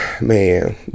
man